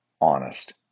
honest